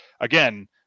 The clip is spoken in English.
again